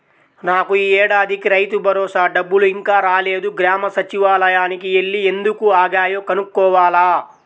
నాకు యీ ఏడాదికి రైతుభరోసా డబ్బులు ఇంకా రాలేదు, గ్రామ సచ్చివాలయానికి యెల్లి ఎందుకు ఆగాయో కనుక్కోవాల